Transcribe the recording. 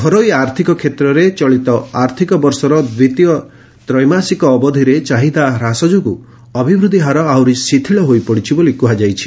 ଘରୋଇ ଆର୍ଥକ କ୍ଷେତ୍ରରେ ଚଳିତ ଆର୍ଥକ ବର୍ଷର ଦ୍ୱିତୀୟ ତ୍ରେମାସିକ ଅବଧିରେ ଚାହିଦା ହ୍ରାସ ଯୋଗୁଁ ଅଭିବୃଦ୍ଧି ହାର ଆହୁରି ଶିଥିଳ ହୋଇପଡ଼ିଛି ବୋଲି କୁହାଯାଇଛି